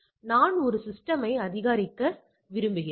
எனவே நாம் இன்மை கருதுகோளை நிராகரிக்கவில்லை